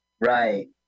Right